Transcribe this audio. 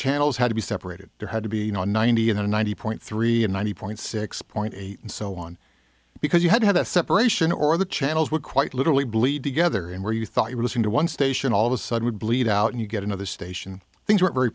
channels had to be separated there had to be ninety in the ninety point three and ninety point six point eight and so on because you had the separation or the channels were quite literally bleed together and where you thought you were listening to one station all of a sudden would bleed out and you get another station things were very